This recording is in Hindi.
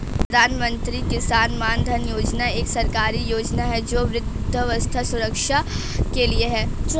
प्रधानमंत्री किसान मानधन योजना एक सरकारी योजना है जो वृद्धावस्था सुरक्षा के लिए है